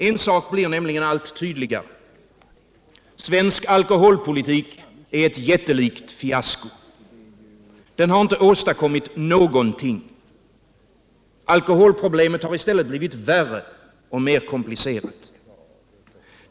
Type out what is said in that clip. En sak blir nämligen allt tydligare. Svensk alkoholpolitik är ett jättelikt fiasko. Den har inte åstadkommit någonting. Alkoholproblemet har i stället blivit värre och mer komplicerat.